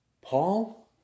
Paul